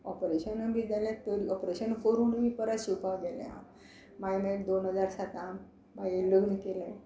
ऑपरेशना बी जाल्या ऑपरेशन करोनूय बी परत शिंवपाक गेलें हांव मागीर दोन हजार सातान मागीर लग्न केलें